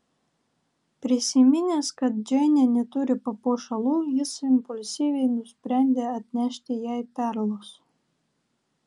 prisiminęs kad džeinė neturi papuošalų jis impulsyviai nusprendė atnešti jai perlus